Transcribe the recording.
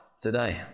today